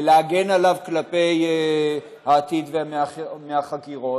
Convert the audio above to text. ולהגן עליו כלפי העתיד מהחקירות.